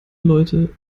leute